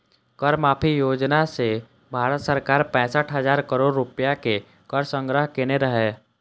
कर माफी योजना सं भारत सरकार पैंसठ हजार करोड़ रुपैया के कर संग्रह केने रहै